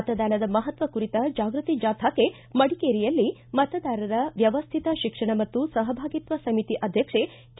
ಮತದಾನದ ಮಪತ್ವ ಕುರಿತ ಜಾಗೃತಿ ಜಾಥಾಕ್ಕೆ ಮಡಿಕೇರಿಯಲ್ಲಿ ಮತದಾರರ ವ್ಯವಸ್ಥಿತ ಶಿಕ್ಷಣ ಮತ್ತು ಸಹಭಾಗಿತ್ವ ಸಮಿತಿ ಅಧ್ಯಕ್ಷೆ ಕೆ